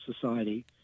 Society